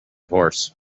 horse